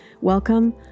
Welcome